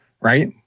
right